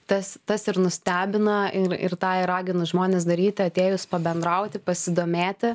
tas tas ir nustebina ir ir tą ir raginu žmones daryti atėjus pabendrauti pasidomėti